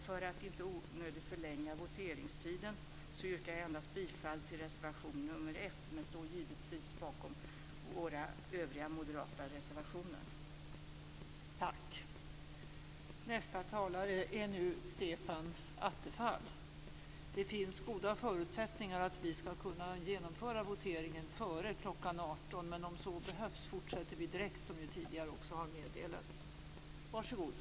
För att inte onödigt förlänga voteringstiden yrkar jag bifall endast till reservation nr 1 men givetvis står jag bakom de övriga moderata reservationerna.